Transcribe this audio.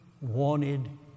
wanted